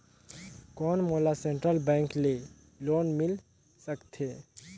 कौन मोला central bank ले लोन मिल सकथे?